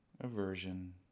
aversion